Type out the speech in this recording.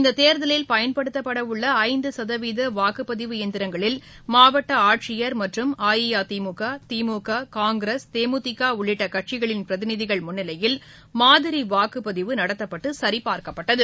இந்த தேர்தலில் பயன்படுத்தப்பட உள்ள ஐந்து சதவீத வாக்குப்பதிவு இயந்திரங்களில் மாவட்ட ஆட்சியர் மற்றும் அஇஅதிமுக திமுக காங்கிரஸ் தேமுதிக உள்ளிட்ட கட்சிகளின் பிரதிநிதிகள் முன்னிலையில் மாதிரி வாக்குப்பதிவு நடத்தப்பட்டு சரிபார்க்கப்பட்டது